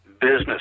business